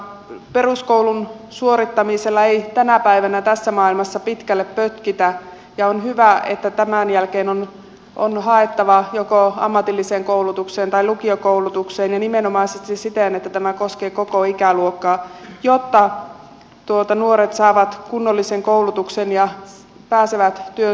peruskoulun suorittamisella ei tänä päivänä tässä maailmassa pitkälle pötkitä ja on hyvä että tämän jälkeen on haettava joko ammatilliseen koulutukseen tai lukiokoulutukseen ja nimenomaisesti siten että tämä koskee koko ikäluokkaa jotta nuoret saavat kunnollisen koulutuksen ja pääsevät työn syrjään kiinni